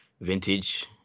vintage